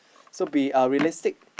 so be uh realistic